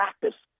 practice